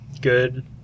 good